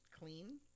clean